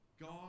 God